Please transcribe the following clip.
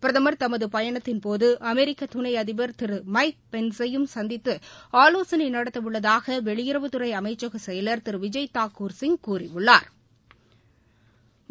பிரதமா் தமது பயணத்தின்போது அமெரிக்க துணை அதிபா் திரு மைக் பென்ஸை யும் சந்தித்து ஆலோசனை நடத்தவுள்ளதாக வெளியுறவுத்துறை அமைச்சக செயல் திரு விஜய் தாக்கூர் சிங் கூறியுள்ளா்